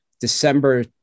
December